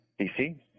DC